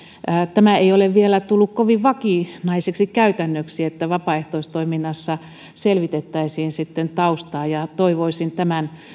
tämä ei ole vielä tullut kovin vakinaiseksi käytännöksi että vapaaehtoistoiminnassa selvitettäisiin taustaa toivoisin tämän